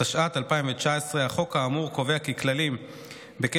התשע"ט 2019. החוק האמור קובע כי כללים בקשר